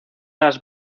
las